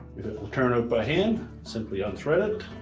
if it will turn out by hand, simply unthread it.